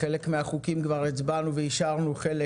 על חלק מהחוקים כבר הצבענו ואישרנו וחלק